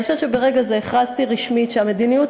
אני חושבת שברגע זה הכרזתי רשמית שהמדיניות